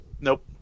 Nope